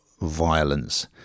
violence